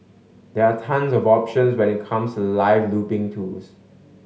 there are tons of options when it comes to live looping tools